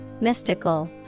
mystical